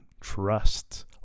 trust